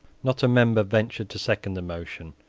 not a member ventured to second the motion.